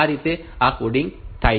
આ રીતે આ કોડિંગ થાય છે